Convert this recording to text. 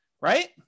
right